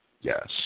Yes